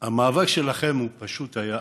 המאבק שלכם פשוט היה אדיר,